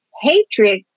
hatred